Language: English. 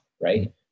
right